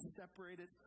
separated